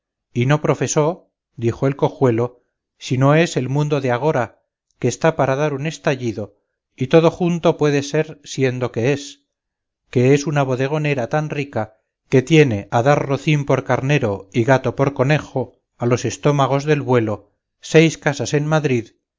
y no profesó dijo el cojuelo si no es el mundo de agora que está para dar un estallido y todo junto puede ser siendo quien es que es una bodegonera tan rica que tiene a dar rocín por carnero y gato por conejo a los estómagos del vuelo seis casas en madrid